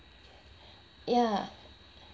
ya